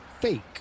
fake